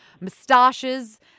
moustaches